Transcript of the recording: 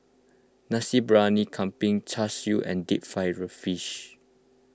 Nasi Briyani Kambing Char Siu and Deep Fried Fish